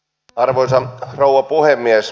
arvoisa rouva puhemies